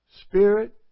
spirit